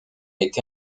été